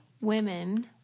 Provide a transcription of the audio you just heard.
women